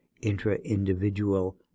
intra-individual